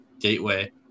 Gateway